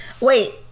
Wait